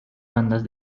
bandas